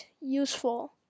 useful